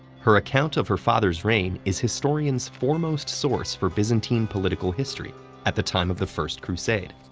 her account of her father's reign is historians' foremost source for byzantine political history at the time of the first crusade.